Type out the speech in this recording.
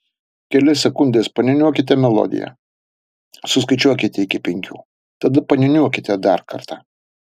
kelias sekundes paniūniuokite melodiją suskaičiuokite iki penkių tada paniūniuokite dar kartą